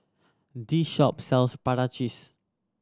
this shop sells prata cheese